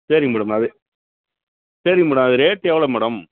சரிங்க மேடம் அது சரிங்க மேடம் அது ரேட் எவ்வளோ மேடம்